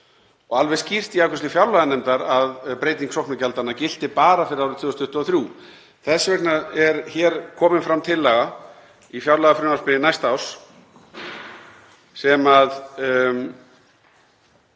og alveg skýrt í afgreiðslu fjárlaganefndar að breyting sóknargjaldanna gilti bara fyrir árið 2023. Þess vegna er hér komin fram tillaga í fjárlagafrumvarpi næsta árs sem